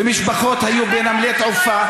ומשפחות היו בנמלי תעופה,